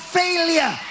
failure